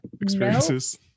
experiences